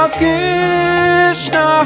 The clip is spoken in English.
Krishna